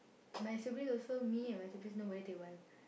my sibling also me and my siblings nobody take bio